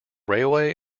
railway